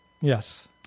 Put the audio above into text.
Yes